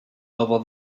over